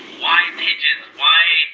why pigeons? why?